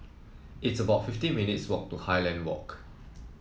it's about fifteen minutes' walk to Highland Walk